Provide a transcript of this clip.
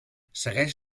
segueix